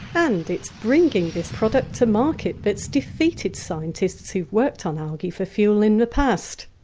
and it's bringing this product to market that's defeated scientists who've worked on algae for fuel in the past.